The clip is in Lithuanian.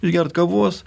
išgert kavos